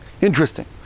interesting